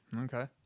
Okay